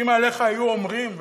שאם עליך היו אומרים,